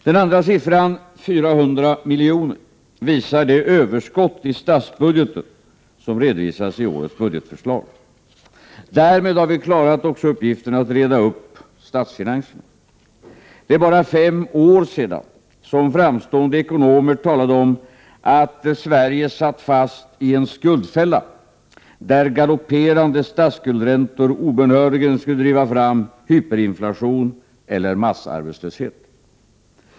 Den andra siffran — 400 miljoner — visar det överskott i statsbudgeten som redovisas i årets budgetförslag. Därmed har vi klarat också uppgiften att reda upp statsfinanserna. Det är bara fem år sedan som framstående ekonomer talade om att Sverige satt fast i en ”skuldfälla”, där galopperande statsskuldräntor obönhörligen skulle driva fram hyperinflation eller massarbetslöshet.